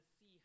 see